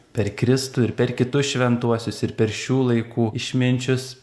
per kristų ir per kitus šventuosius ir per šių laikų išminčius